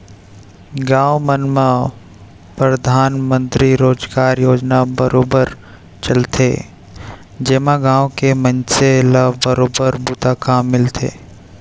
गाँव मन म परधानमंतरी रोजगार योजना बरोबर चलथे जेमा गाँव के मनसे ल बरोबर बूता काम मिलथे